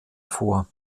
vor